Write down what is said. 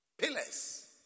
Pillars